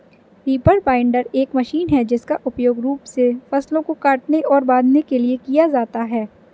reaper binder एक machine है जिसका उपयोग मुख्य रूप से फसलों को काटने और बांधने के लिए किया जाता है